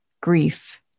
grief